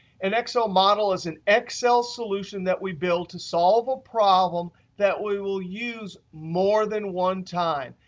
an excel model is an excel solution that we build to solve a problem that we will use more than one time.